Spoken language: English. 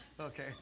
Okay